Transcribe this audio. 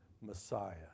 Messiah